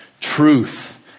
truth